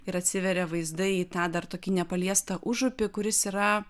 ir atsiveria vaizdai į tą dar tokį nepaliestą užupį kuris yra